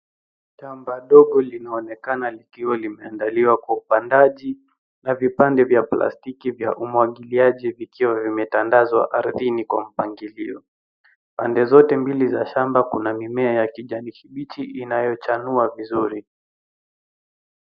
Shamba ndogo linaonekana likiwa limeandaliwa kwa upandaji na vipande vya plastiki vya umwagiliaji vikiwa vimetandazwa ardhini kwa mpangilio. Pande zote mbili za shamba kuna mimea ya kijani kibichi inayochanua vizuri.